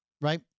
right